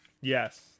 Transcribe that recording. yes